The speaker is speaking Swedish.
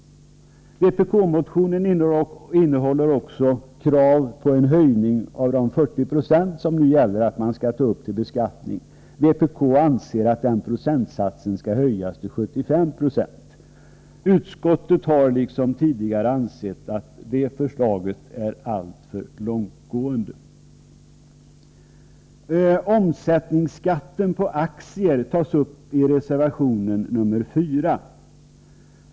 Vpk-motionen innehåller också krav på en höjning av de 40 96 som man med gällande regler skall ta upp till beskattning. Vpk anser att procentsatsen skall höjas till 75 90. Utskottet har liksom tidigare ansett att detta förslag är alltför långtgående. Omsättningsskatten på aktier tas upp i reservation nr 4.